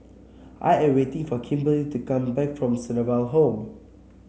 I am waiting for Kimberely to come back from Sunnyville Home